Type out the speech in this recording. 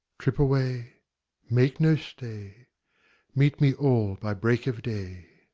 trip away make no stay meet me all by break of day.